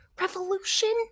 Revolution